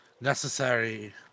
necessary